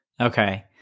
Okay